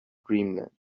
dreamland